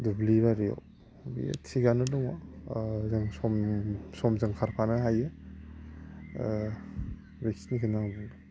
दुब्लि बारियाव थिगानो दङ जों समजों खारफानो हायो बेखिनिखौनो आं बुंबाय